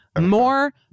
more